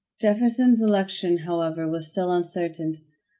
jefferson's election, however, was still uncertain.